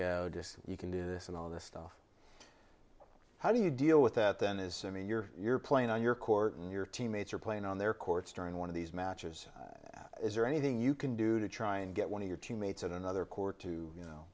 just you can do this and all this stuff how do you deal with that then is mean you're playing on your court and your teammates are playing on their courts during one of these matches is there anything you can do to try and get one of your teammates in another court to you know